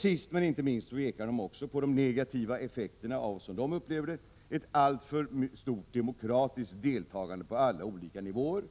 Sist men inte minst pekar de på de negativa effekterna av vad de upplever som ett alltför stort demokratiskt deltagande på alla nivåer.